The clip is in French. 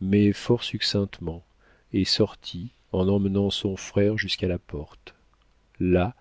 mais fort succinctement et sortit en emmenant son frère jusqu'à la porte là